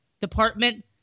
department